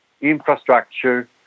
infrastructure